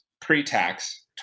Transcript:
pre-tax